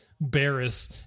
Barris